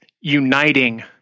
uniting